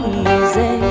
easy